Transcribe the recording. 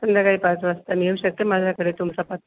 संध्याकाळी पाच वाजता मी येऊ शकते माझ्याकडे तुमचा पत्